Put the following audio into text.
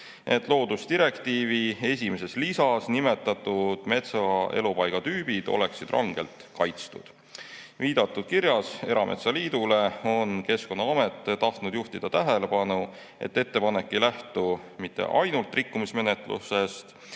et loodusdirektiivi esimeses lisas nimetatud metsaelupaigatüübid oleksid rangelt kaitstud. Viidatud kirjas erametsaliidule on Keskkonnaamet tahtnud juhtida tähelepanu, et ettepanek ei lähtu mitte ainult rikkumismenetlusest,